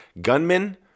Gunmen